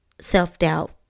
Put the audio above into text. self-doubt